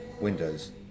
windows